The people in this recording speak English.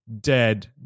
dead